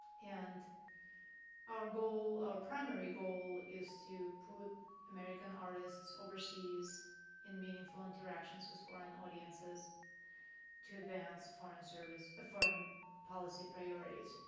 and our goal, our primary goal is to put american artists overseas in meaningful interactions with foreign audiences to advance foreign service, foreign policy priorities.